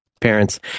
parents